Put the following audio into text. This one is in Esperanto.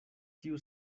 tiu